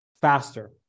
faster